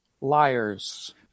liars